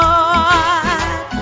Lord